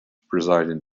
presiding